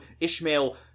ishmael